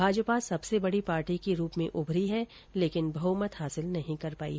भाजपा सबसे बड़ी पार्टी के रूप में उमरी है लेकिन बहमत हासिल नहीं कर पायी